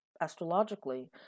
astrologically